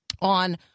on